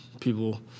people